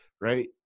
right